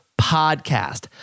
podcast